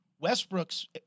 Westbrook's